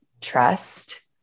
trust